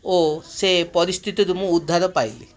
ଓ ସେ ପରିସ୍ଥତିରୁ ମୁଁ ଉଦ୍ଧାର ପାଇଲି